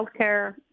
healthcare